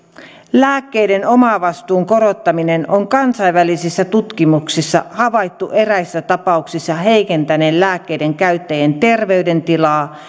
lääkkeiden omavastuun korottamisen on kansainvälisissä tutkimuksissa havaittu eräissä tapauksissa heikentäneen lääkkeiden käyttäjien terveydentilaa